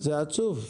זה עצוב.